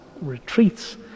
retreats